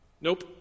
Nope